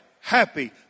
happy